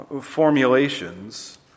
formulations